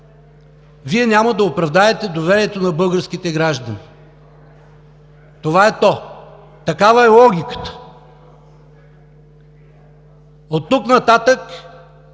Вие няма да оправдаете доверието на българските граждани. Това е то. Такава е логиката. Оттук нататък